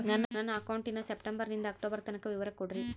ನನ್ನ ಅಕೌಂಟಿನ ಸೆಪ್ಟೆಂಬರನಿಂದ ಅಕ್ಟೋಬರ್ ತನಕ ವಿವರ ಕೊಡ್ರಿ?